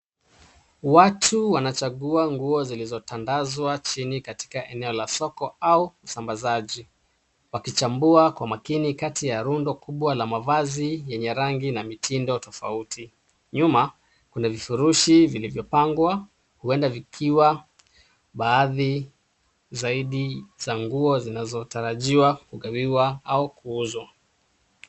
Watu wanachagua nguo zilizotandazwa chini katika eneo la soko au usambazaji, wakichambua kwa makini kati ya rundo kubwa la mavazi yenye rangi na mitindo tofauti. Nyuma kuna vifurushi vilivyopangwa huenda vikiwa baadhi zaidi za nguo zinazotarajiwa kugawiwa au kuuzwa.